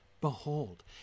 Behold